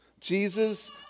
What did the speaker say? Jesus